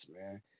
man